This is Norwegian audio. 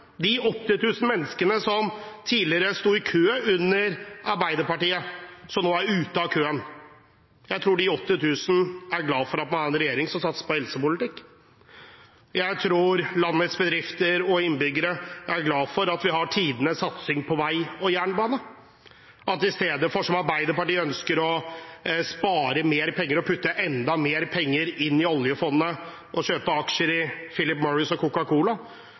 De 8 000 menneskene som tidligere sto i kø under Arbeiderpartiet, men som nå er ute av køen, tror jeg er glad for at vi har en regjering som satser på helsepolitikk. Jeg tror landets bedrifter og innbyggere er glad for at vi har tidenes satsing på vei og jernbane, at vi – i stedet for som Arbeiderpartiet ønsker, å spare mer penger og putte enda mer penger inn i oljefondet og kjøpe aksjer i Philip Morris og